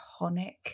iconic